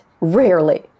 rarely